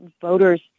voters